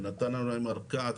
ונתנו להם ארכה עד